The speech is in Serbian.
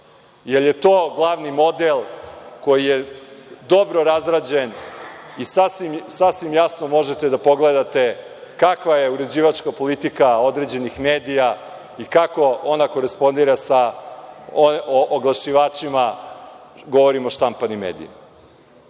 jer je to glavni model koji je dobro razrađen i sasvim jasno možete da pogledate kakva je uređivačka politika određenih medija i kako ona korespondira sa oglašivačima, govorim o štampanim medijima. Mi